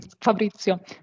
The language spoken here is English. Fabrizio